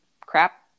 crap